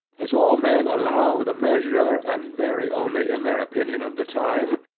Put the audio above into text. as all men allow the measure, and vary only in their opinion of the time,